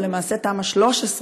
ולמעשה תמ"א 13,